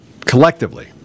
Collectively